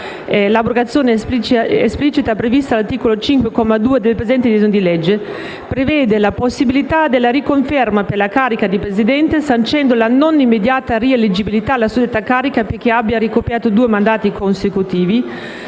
(l'abrogazione esplicita è prevista all'articolo 5, comma 2, del presente disegno di legge), prevede la possibilità della riconferma per la carica di presidente, sancendo la non immediata rieleggibilità alla suddetta carica per chi abbia ricoperto due mandati consecutivi,